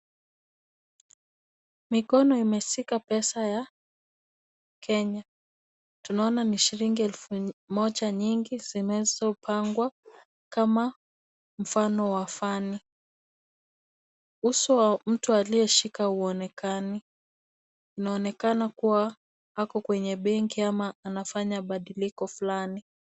Mikono imeshika pesa ya Kenya. Tunaona ni shilingi elfu moja nyingi zinazopangwa kama mfano wa fani. Uso wa mtu aliyeshika hauonekani. Unaonekana kuwa ako kwenye benki ama anafanya badiliko fulani.